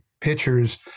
pitchers